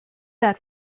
that